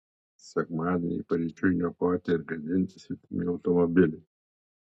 sekmadienį paryčiui niokoti ir gadinti svetimi automobiliai